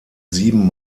sieben